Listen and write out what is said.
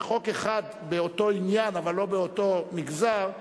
שחוק אחד באותו עניין אבל לא באותו מגזר,